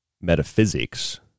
metaphysics